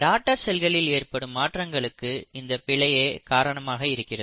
daughter செல்களில் ஏற்படும் மாற்றங்களுக்கு இந்தப் பிழையே காரணமாக இருக்கிறது